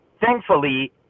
Thankfully